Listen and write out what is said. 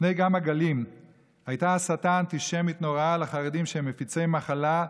לפני כמה גלים הייתה הסתה אנטישמית נוראה על החרדים שהם מפיצי מחלה,